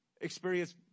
experience